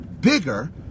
bigger